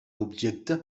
objecte